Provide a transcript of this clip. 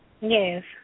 Yes